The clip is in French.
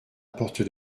porte